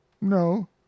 No